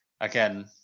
again